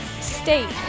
state